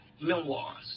memoirs